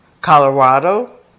Colorado